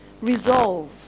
resolve